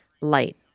light